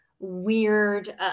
weird